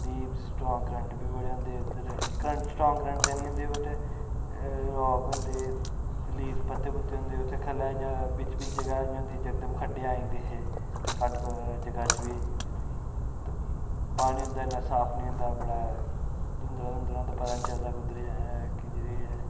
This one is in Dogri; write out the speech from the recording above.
वेवस स्ट्रांग क्रंट बी बड़े होंदे हे उद्धर क्रंट स्ट्रांग क्रंट निं होंदे हे बट राक होंदे हे लीफ पत्ते पुत्ते होंदे हे उत्थै ख'ल्लैं इ'यां बिच्च बिच्च जगह् इयां होंदी ही यकदम खड्डे आई जंदे हे घट्ट जगह् च बी ते पानी उं'दा इन्ना साफ निं होंदा हा बड़ा धुंधला धुंधला होंदा हा पता निं चलदा हा कुद्धर केह् ऐ